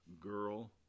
Girl